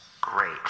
Great